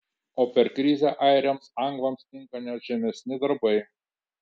o per krizę airiams anglams tinka net žemesni darbai